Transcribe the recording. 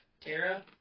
Tara